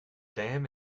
dam